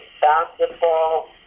basketball